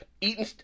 eating